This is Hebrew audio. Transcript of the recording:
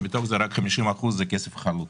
שמתוך זה רק 50% זה כסף חלוט.